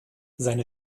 seine